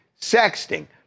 sexting